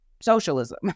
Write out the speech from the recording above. socialism